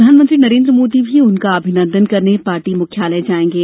प्रधानमंत्री नरेन्द्र मोदी भी उनका अभिनंदन करने पार्टी मुख्यालय जाएंगे